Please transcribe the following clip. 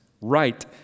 right